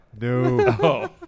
No